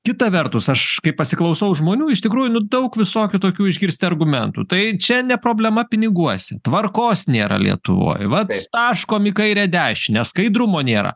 kita vertus aš kai pasiklausau žmonių iš tikrųjų nu daug visokių tokių išgirsti argumentų tai čia ne problema piniguose tvarkos nėra lietuvoj vat taškomi į kaire dešinę skaidrumo nėra